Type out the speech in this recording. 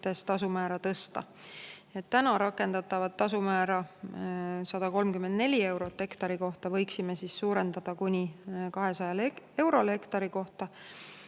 tasumäära tõsta. Täna rakendatavat tasumäära 134 eurot hektari kohta võiksime suurendada kuni 200 euroni hektari kohta,